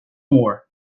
more